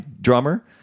drummer